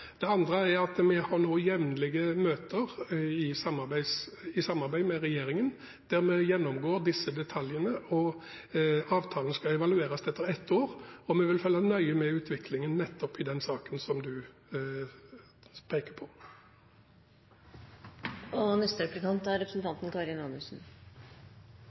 at vi nå har jevnlige møter i samarbeid med regjeringen der vi gjennomgår disse detaljene. Avtalene skal evalueres etter ett år, og vi vil følge nøye med i utviklingen nettopp i den saken som representanten peker på.